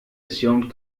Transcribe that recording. assumed